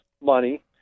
money